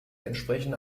entsprechen